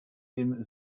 dem